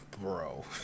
bro